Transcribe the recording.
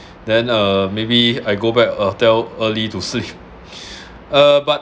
then uh maybe I go back uh hotel early to sleep uh but